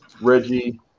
Reggie